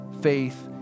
faith